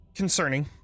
Concerning